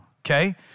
Okay